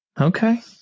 Okay